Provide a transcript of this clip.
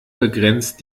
begrenzt